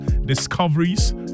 discoveries